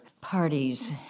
parties